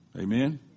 Amen